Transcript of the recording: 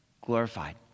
glorified